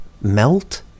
Melt